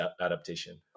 adaptation